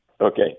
Okay